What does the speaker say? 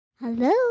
Hello